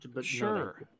Sure